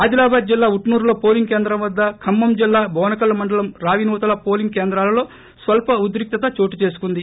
ఆదిలాబాద్ జిల్లా ఉట్సూర్లో పోలింగ్ కేంద్రం వద్ద ఖమ్మం జిల్లా బోనకల్ మండలం రావినూతల పోలింగ్ కేంద్రాలలో స్వల్ప ఉద్రిక్తత చోటుచేసుకుంది